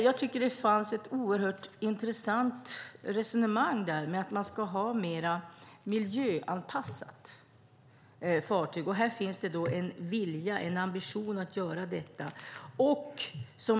Jag tycker att det fanns ett oerhört intressant resonemang att vi ska ha ett mer miljöanpassat fartyg. Här finns då en vilja och en ambition att göra detta.